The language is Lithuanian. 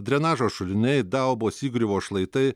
drenažo šuliniai dalbos įgriuvos šlaitai